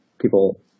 people